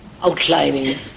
outlining